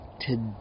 today